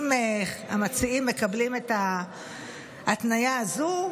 אם המציעים מקבלים את ההתניה הזו,